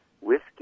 whiskey